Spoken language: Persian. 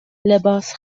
لباس